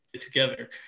together